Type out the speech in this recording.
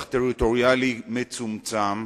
על שטח טריטוריאלי מצומצם,